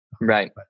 Right